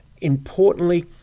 Importantly